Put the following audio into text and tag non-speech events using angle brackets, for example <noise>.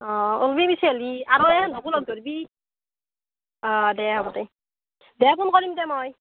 অঁ ওলবি বেছি হ'লি আৰু <unintelligible> লগ ধৰিবি অঁ দে হ'ব দে দে ফোন কৰিম দে মই